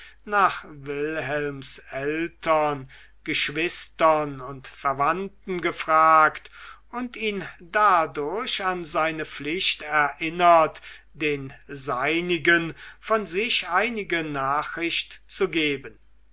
nach wilhelms eltern geschwistern und verwandten gefragt und ihn dadurch an seine pflicht erinnert den seinigen von sich eine nachricht zu geben